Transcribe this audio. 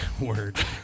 Word